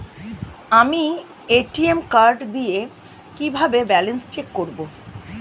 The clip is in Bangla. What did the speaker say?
আমি এ.টি.এম কার্ড দিয়ে কিভাবে ব্যালেন্স চেক করব?